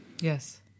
Yes